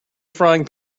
frying